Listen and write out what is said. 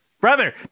Brother